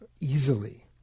easily